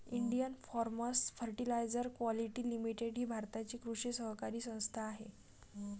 Indian Farmers Fertiliser Quality Limited ही भारताची कृषी सहकारी संस्था आहे